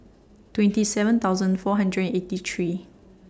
twenty seven thousand four hundred and eighty three